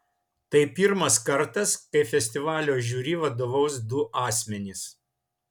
tai pirmas kartas kai festivalio žiuri vadovaus du asmenys